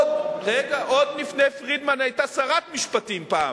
רגע, עוד לפני פרידמן היתה שרת משפטים פעם,